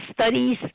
studies